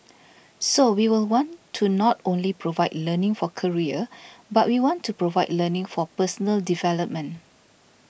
so we will want to not only provide learning for career but we want to provide learning for personal development